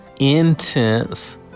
intense